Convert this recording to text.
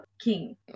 king